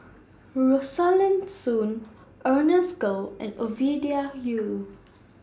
Rosaline Soon Ernest Goh and Ovidia Yu